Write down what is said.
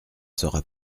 sera